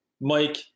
mike